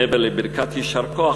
מעבר לברכת יישר כוח,